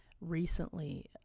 recently